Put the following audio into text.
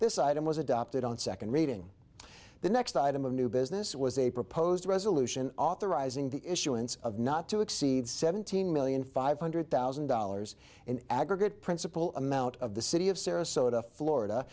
this item was adopted on second reading the next item of new business was a proposed resolution authorizing the issuance of not to exceed seventeen million five hundred thousand dollars in aggregate principal amount of the city of sarasota florida